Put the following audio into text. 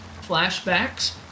flashbacks